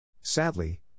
Sadly